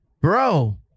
Bro